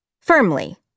firmly